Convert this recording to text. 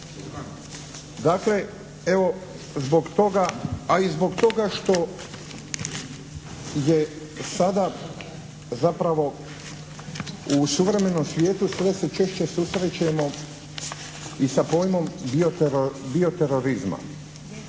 toga, a i zbog toga što je sada zapravo u suvremenom svijetu sve se češće susrećemo i sa pojmom bio-terorizma.